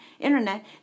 internet